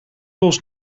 bos